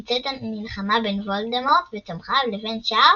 נמצאת המלחמה בין וולדמורט ותומכיו לבין שאר